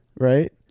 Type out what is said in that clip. right